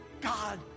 God